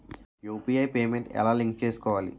UPI payment ఎలా link చేసుకోవాలి?